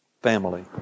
family